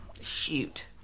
Shoot